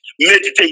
meditate